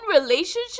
relationship